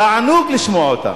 תענוג לשמוע אותם,